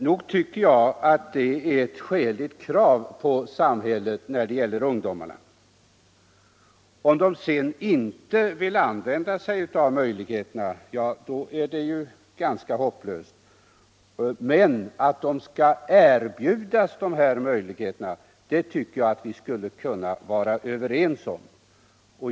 | Nog tycker jag att detta är ett skäligt krav på samhället när det gäller ungdomarna. Om de sedan inte vill använda sig av möjligheterna är det hela ganska hopplöst men vi borde kunna vara överens om att de skall erbjudas dessa möjligheter.